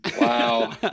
Wow